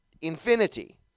infinity